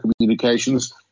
communications